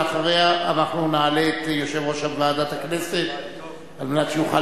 ואחריה נעלה את יושב-ראש ועדת הכנסת על מנת שיוכל